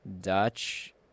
Dutch